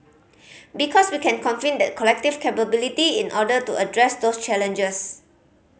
because we can convene that collective capability in order to address those challenges